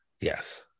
Yes